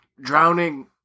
drowning